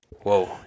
Whoa